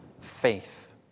faith